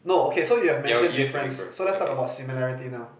no okay so you have mentioned difference so let's talk about similarity now